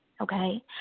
Okay